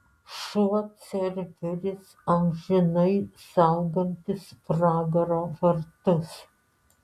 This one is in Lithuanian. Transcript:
šuo cerberis amžinai saugantis pragaro vartus